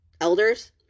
elders